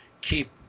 keep